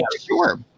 Sure